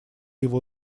его